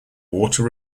water